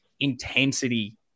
intensity